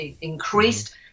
increased